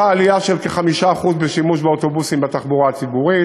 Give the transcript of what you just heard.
הייתה עלייה של כ-5% בשימוש באוטובוסים בתחבורה הציבורית.